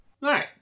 right